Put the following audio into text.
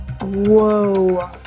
Whoa